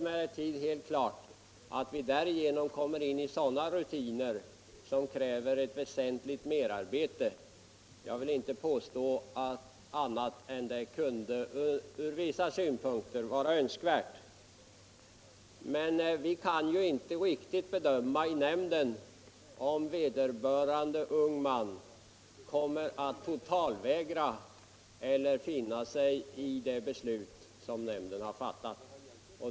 Vi skulle därmed emellertid få rutiner som kräver ett väsentligt merarbete. Jag vill inte påstå annat än att en sådan ordning ur vissa synpunkter kunde vara önskvärd. Men vi kan ju i nämnden inte riktigt bedöma om vederbörande unge man kommer att totalvägra eller finna sig i det beslut som nämnden fattar.